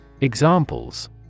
Examples